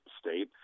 state